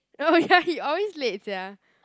oh ya he always late sia